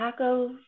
Tacos